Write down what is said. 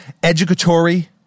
educatory